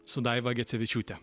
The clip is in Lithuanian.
su daiva gecevičiūte